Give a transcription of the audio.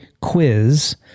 quiz